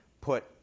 put